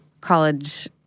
college